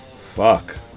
Fuck